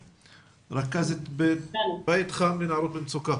רכזת בבית חם לנערות במצוקה.